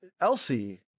Elsie